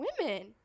women